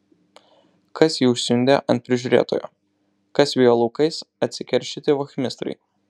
kas jį užsiundė ant prižiūrėtojo kas vijo laukais atsikeršyti vachmistrai